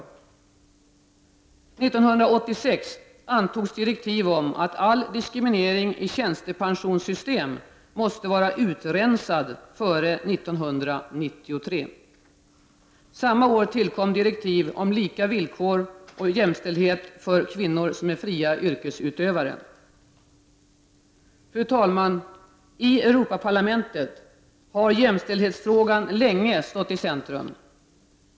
1986 antogs direktiv om att all diskriminering i tjänstepensionssystem måste vara utrensad före 1993. Samma år tillkom direktiv om lika villkor och jämställdhet för kvinnor som är fria yrkesutövare. Fru talman! I Europaparlamentet har jämställdhetsfrågan länge stått i centrum.